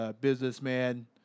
businessman